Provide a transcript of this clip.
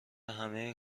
همه